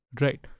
right